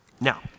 Now